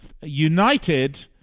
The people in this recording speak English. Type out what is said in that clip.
United